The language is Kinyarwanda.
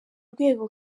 rwego